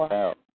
out